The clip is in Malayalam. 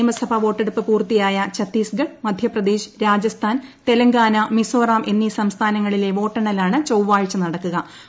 നിയമസഭ വോട്ടെടുപ്പ് പൂർത്തിയായ ഛത്തീസ്ഗഡ് മധ്യപ്രദേശ് രാജസ്ഥാൻ തെലങ്കാന മിസോറാം എന്നീ സംസ്ഥാനങ്ങളിലെ വോട്ടെണ്ണലാണ് ചൊവ്വാഴ്ച നൂട്ട്ക്കുക്